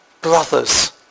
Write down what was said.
Brothers